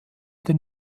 den